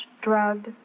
drugged